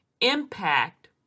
impact